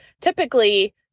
typically